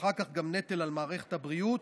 ואחר כך גם נטל על מערכת הבריאות.